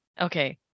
Okay